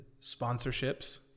sponsorships